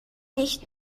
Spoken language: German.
nicht